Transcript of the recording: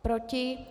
Proti?